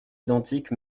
identiques